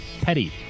petty